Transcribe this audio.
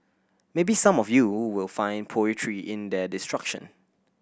maybe some of you will find poetry in their destruction